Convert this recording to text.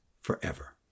forever